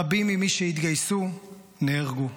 רבים ממי שהתגייסו, נהרגו.